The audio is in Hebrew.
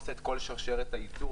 צריך פתרון שמשרד האוצר,